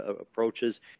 approaches